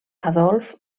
adolf